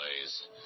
plays